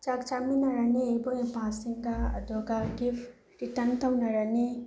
ꯆꯥꯛ ꯆꯥꯃꯤꯟꯅꯔꯅꯤ ꯏꯕꯨꯡ ꯏꯄ꯭ꯋꯥꯁꯤꯡꯒ ꯑꯗꯨꯒ ꯒꯤꯐ ꯔꯤꯇꯔꯟ ꯇꯧꯅꯔꯅꯤ